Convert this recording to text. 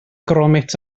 gromit